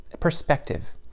Perspective